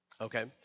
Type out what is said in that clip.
okay